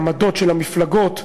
העמדות של המפלגות,